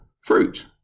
Fruit